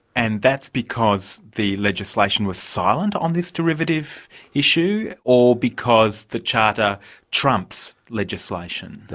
and that's because the legislation was silent on this derivative issue, or because the charter trumps legislation? no,